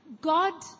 God